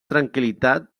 tranquil·litat